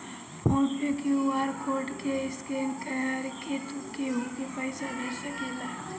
phone पे QR code के scan करके तू केहू के पईसा भेज सकेला